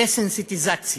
דסנסיטיזציה,